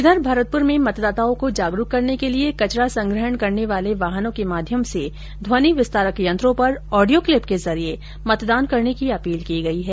इधर भरतपुर में मतदाताओं को जागरूक करने के लिये कचरा संग्रहण करने वाले वाहनों के माध्यम से ध्वनि विस्तारक यंत्रों पर ऑडियो क्लिप के जरिये मतदान करने की अपील की गई है